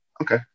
Okay